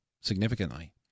significantly